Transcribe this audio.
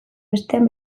bestean